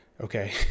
okay